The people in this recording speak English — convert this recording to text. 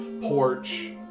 porch